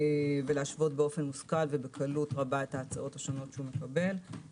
ולהשוות באופן מושכל ובקלות רבה את ההצעות השונות שהוא מקבל.